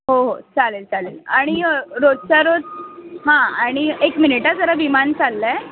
हो हो चालेल चालेल आणि रोजच्या रोज हां आणि एक मिनिट हां जरा विमान चाललं आहे